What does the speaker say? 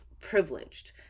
privileged